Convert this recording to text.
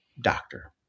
doctor